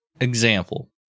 example